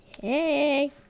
Hey